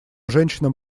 женщинам